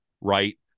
right